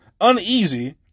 uneasy